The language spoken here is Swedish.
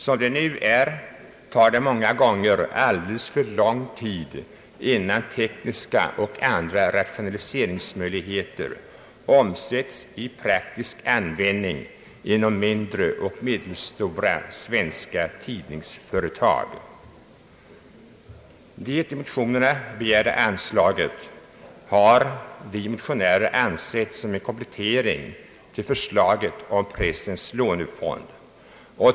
Som det nu är tar det många gånger alldeles för lång tid innan tekniska och andra rationaliseringsmöjligheter omsätts i den praktiska verksamheten vid mindre och medelstora svenska tidningsföretag. Det i motionerna begärda anslaget har vi motionärer ansett som en komplettering till förslaget om en pressens lånefond.